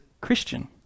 Christian